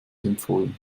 empfohlen